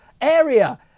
area